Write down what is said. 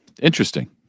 Interesting